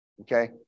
okay